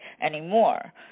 anymore